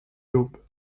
l’aube